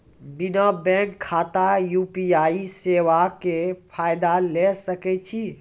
बिना बैंक खाताक यु.पी.आई सेवाक फायदा ले सकै छी?